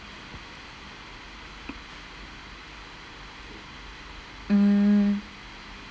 mm